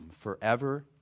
forever